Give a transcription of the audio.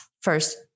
first